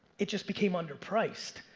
it just became under-priced.